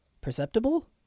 Perceptible